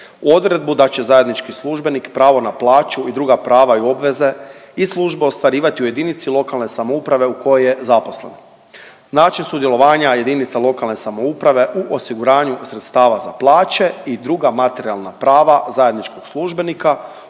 odredbu da će zajednički službenik pravo na plaću i druga prava i obveze iz službe ostvarivati u JLS u kojoj je zaposlen, način sudjelovanja JLS u osiguranju sredstava za plaće i druga materijalna prava zajedničkog službenika